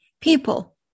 people